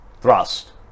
thrust